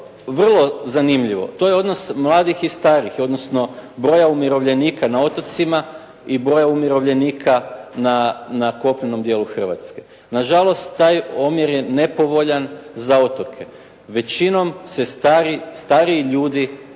vrlo zanimljivo, to je odnos mladih i starih, odnosno broja umirovljenika na otocima i broja umirovljenika na kopnenom dijelu Hrvatske. Na žalost taj promjer je nepovoljan za otoke. Većinom se stariji ljudi